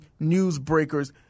newsbreakers